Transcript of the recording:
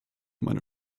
meine